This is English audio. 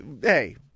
hey-